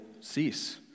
cease